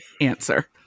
answer